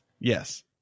Yes